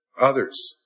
others